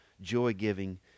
joy-giving